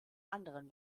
anderen